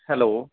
hello